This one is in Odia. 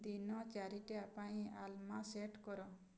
ଦିନ ଚାରିଟା ପାଇଁ ଆଲାର୍ମ ସେଟ୍ କର